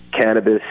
cannabis